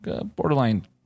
borderline